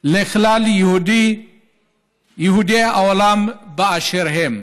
לכלל יהודי העולם באשר הם.